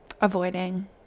avoiding